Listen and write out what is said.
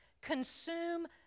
consume